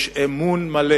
יש אמון מלא